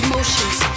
Emotions